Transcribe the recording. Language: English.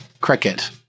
Cricket